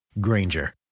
Granger